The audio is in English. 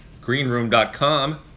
GreenRoom.com